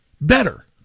better